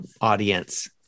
audience